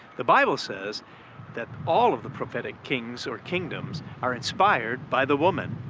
the bible says that all of the prophetic kings, or kingdoms, are inspired by the woman.